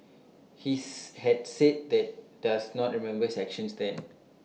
he's had said that does not remember his actions then